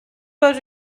fod